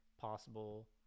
possible